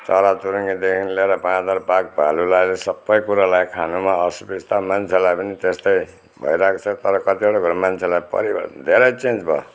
चराचुरुङ्गीदेखि लिएर बाँदर बाघ भालुलाई सबै कुरालाई खानुमा असुविस्ता मान्छेलाई पनि त्यस्तै भइरहेको छ तर कतिवटा कुरोमा मान्छेलाई परिवर्तन धेरै चेन्ज भयो